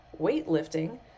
weightlifting